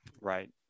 Right